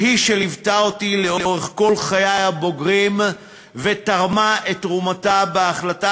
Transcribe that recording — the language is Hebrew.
והיא שליוותה אותי לאורך כל חיי הבוגרים ותרמה את תרומתה בהחלטה